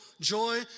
joy